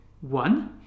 One